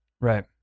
Right